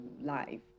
life